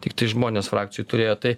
tiktai žmones tiktai frakcijoj turėjo tai